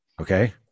okay